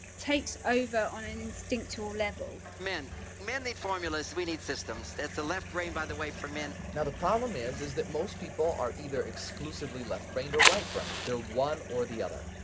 takes over on an instinctual level men men need formulas. we need systems. that's the left brain, by the way, for men now, the problem is is that most people are either exclusively left-brained or right-brained. they're one or the other